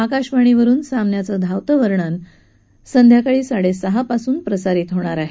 आकाशवाणीवरुन सामन्याचं धावतं वर्णन संध्याकाळी साडेसहापासून प्रसारित होणार आहे